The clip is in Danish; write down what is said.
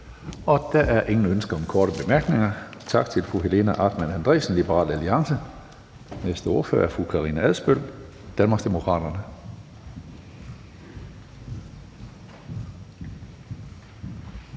Der er ingen ønsker om korte bemærkninger, så tak til fru Helena Artmann Andresen, Liberal Alliance. Den næste ordfører er fru Karina Adsbøl, Danmarksdemokraterne.